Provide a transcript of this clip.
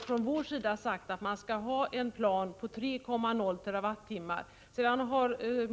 Från vår sida har vi sagt att man därför skall ha en plan på 3,0 TWh.